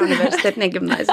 universitetinė gimnazija